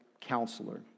counselor